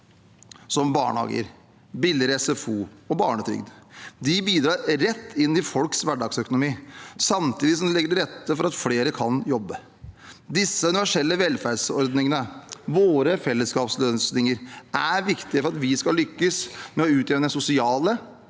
som barnehager, billigere SFO og barnetrygd. De bidrar rett inn i folks hverdagsøkonomi, samtidig som de legger til rette for at flere kan jobbe. Disse universelle velferdsordningene, våre fellesskapsløsninger, er viktige for at vi skal lykkes med å utjevne sosiale